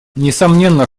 несомненно